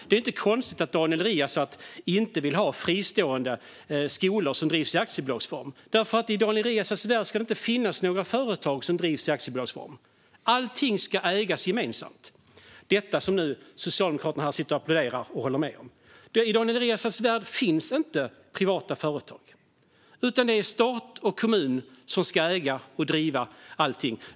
Det är inte konstigt att Daniel Riazat inte vill ha fristående skolor som drivs i aktiebolagsform. I Daniel Riazats värld ska det ju inte finnas några företag som drivs i aktiebolagsform. Allting ska ägas gemensamt, och detta sitter nu Socialdemokraterna här och applåderar och håller med om. I Daniel Riazats värld finns inte privata företag. Det är stat och kommun som ska äga och driva allting.